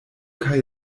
kaj